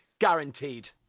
guaranteed